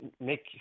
make